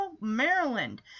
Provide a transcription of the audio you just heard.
Maryland